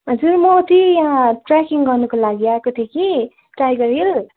हजुर म चाहिँ यहाँ ट्र्याकिङ गर्नुको लागि आएको थिएँ कि टाइगर हिल